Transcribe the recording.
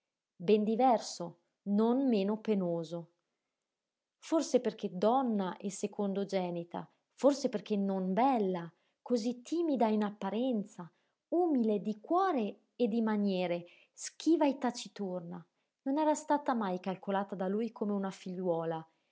ben diverso non meno penoso forse perché donna e secondogenita forse perché non bella cosí timida in apparenza umile di cuore e di maniere schiva e taciturna non era stata mai calcolata da lui come una figliuola